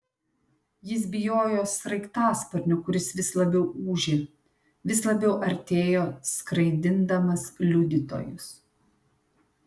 jis bijojo sraigtasparnio kuris vis labiau ūžė vis labiau artėjo skraidindamas liudytojus